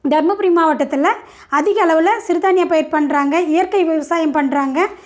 தர்மபுரி மாவட்டத்தில் அதிக அளவில் சிறுதானிய பயிர் பண்ணுறாங்க இயற்கை விவசாயம் பண்ணுறாங்க